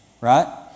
Right